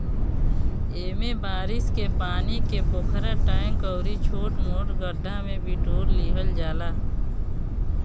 एमे बारिश के पानी के पोखरा, टैंक अउरी छोट मोट गढ्ढा में बिटोर लिहल जाला